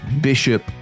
Bishop